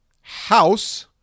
house